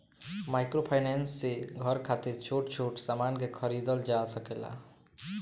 microfinance से घर खातिर छोट छोट सामान के खरीदल जा सकेला